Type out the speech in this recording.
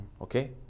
okay